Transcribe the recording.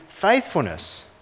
faithfulness